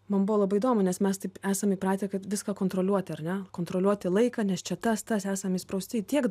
man buvo labai įdomu nes mes taip esam įpratę kad viską kontroliuoti ar ne kontroliuoti laiką nes čia tas tas esam įsprausti į tiek